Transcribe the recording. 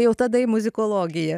jau tada į muzikologiją